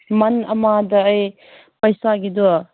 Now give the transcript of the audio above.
ꯃꯟ ꯑꯃꯗ ꯑꯩ ꯄꯩꯁꯥꯒꯤꯗꯣ